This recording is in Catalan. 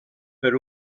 per